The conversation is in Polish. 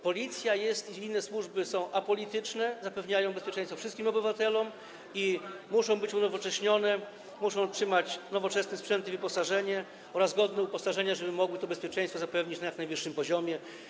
Policja i inne służby są apolityczne, zapewniają bezpieczeństwo wszystkim obywatelom i muszą być unowocześnione, muszą otrzymać nowoczesny sprzęt i wyposażenie oraz godne uposażenie, żeby mogły to bezpieczeństwo zapewnić na jak najwyższym poziomie.